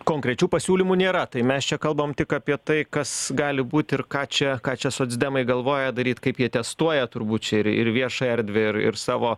konkrečių pasiūlymų nėra tai mes čia kalbam tik apie tai kas gali būt ir ką čia ką čia socdemai galvoja daryt kaip jie testuoja turbūt čia ir ir viešąją erdvę ir ir savo